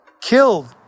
killed